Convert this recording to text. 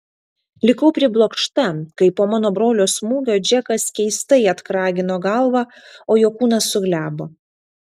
likau priblokšta kai po mano brolio smūgio džekas keistai atkragino galvą o jo kūnas suglebo